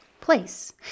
place